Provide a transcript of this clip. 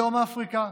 בדרום אפריקה,